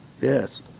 Yes